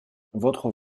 votre